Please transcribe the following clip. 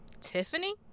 Tiffany